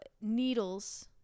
needles